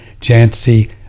Jancy